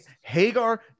Hagar